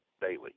daily